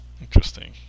interesting